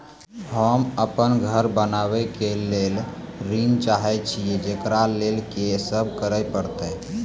होम अपन घर बनाबै के लेल ऋण चाहे छिये, जेकरा लेल कि सब करें परतै?